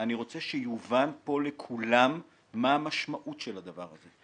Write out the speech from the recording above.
אני רוצה שיובן פה לכולם מה המשמעות של הדבר הזה.